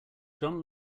john